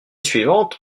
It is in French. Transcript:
suivante